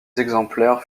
exemplaires